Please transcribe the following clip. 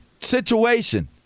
situation